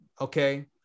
okay